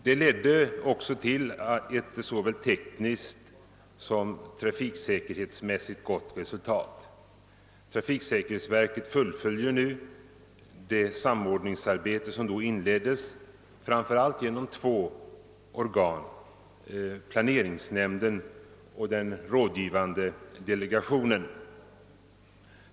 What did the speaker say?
Det ledde också till ett såväl tekniskt som trafiksäkerhetsmässigt gott resultat. Trafiksäkerhetsverket fullföljer nu det samordningsarbete som då inleddes framför allt genom två organ, planeringsnämnden och den rådgivande delegationen.